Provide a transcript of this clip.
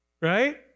right